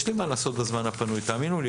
יש לי מה לעשות בזמן הפנוי, תאמינו לי.